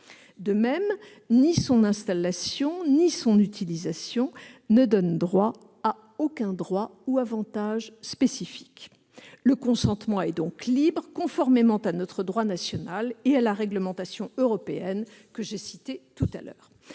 De même, ni son installation ni son utilisation ne donnent droit à aucun droit ou avantage spécifique. Le consentement est donc libre, conformément à notre droit national et à la réglementation européenne que j'ai citée tout à l'heure.